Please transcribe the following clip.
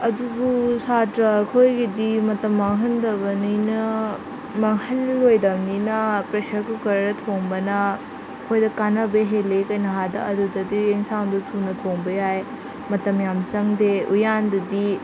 ꯑꯗꯨꯕꯨ ꯁꯥꯇ꯭ꯔ ꯑꯩꯈꯣꯏꯒꯤꯗꯤ ꯃꯇꯝ ꯃꯥꯡꯍꯟꯗꯕꯅꯤꯅ ꯃꯥꯡꯍꯜꯂꯣꯏꯗꯕꯅꯤꯅ ꯄ꯭ꯔꯦꯁꯔ ꯀꯨꯛꯀꯔꯗ ꯊꯣꯡꯕꯅ ꯑꯩꯈꯣꯏꯗ ꯀꯥꯟꯅꯕ ꯍꯦꯜꯂꯤ ꯀꯩꯒꯤꯅꯣ ꯍꯥꯏꯕꯗ ꯑꯗꯨꯗꯗꯤ ꯑꯦꯟꯁꯥꯡꯗꯣ ꯊꯨꯅ ꯊꯣꯡꯕ ꯌꯥꯏ ꯃꯇꯝ ꯌꯥꯝ ꯆꯪꯗꯦ ꯎꯌꯥꯟꯗꯨꯗꯤ